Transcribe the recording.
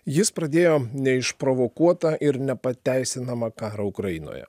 jis pradėjo neišprovokuotą ir nepateisinamą karą ukrainoje